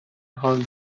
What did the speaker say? حال